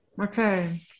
Okay